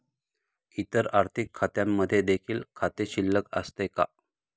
इतर आर्थिक खात्यांमध्ये देखील खाते शिल्लक असते का?